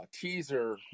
teaser